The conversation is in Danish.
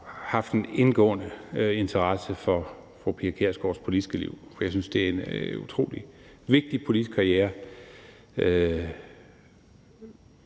haft en stor interesse for fru Pia Kjærsgaards politiske liv, og jeg synes, det er en utrolig vigtig politisk karriere